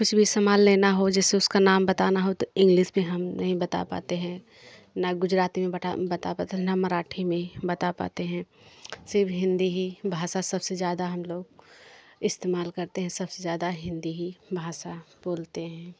कुछ भी आमान लेना हो जैसे उसका नाम बताना हो तो इंग्लिस में हम नहीं बता पाते हैं ना गुजराती में मराठी में बता पाते हैं सिर्फ हिंदी ही भाषा सबसे ज़्यादा हम लोग इस्तेमाल करते हैं सबसे ज़्यादा हिंदी ही भाषा बोलते हैं